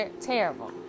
terrible